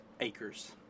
Acres